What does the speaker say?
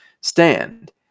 stand